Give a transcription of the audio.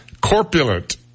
Corpulent